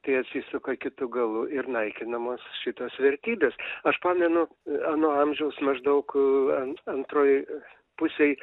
tai atsisuka kitu galu ir naikinamos šitos vertybės aš pamenu ano amžiaus maždaug a an antroj pusėj